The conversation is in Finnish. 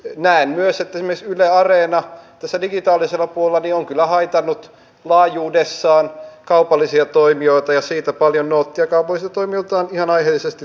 näen myös että esimerkiksi yle areena tällä digitaalisella puolella on kyllä haitannut laajuudessaan kaupallisia toimijoita ja siitä paljon noottia kaupallisilta toimijoilta on ihan aiheellisesti tullutkin